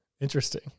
interesting